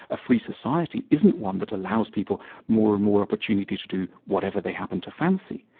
a free society isn't one that allows people more and more opportunity to do whatever they happen to fancy.